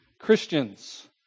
Christians